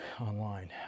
online